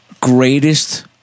greatest